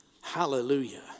Hallelujah